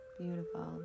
Beautiful